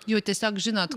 jau tiesiog žinot